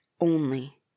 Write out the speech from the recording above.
only